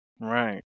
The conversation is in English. Right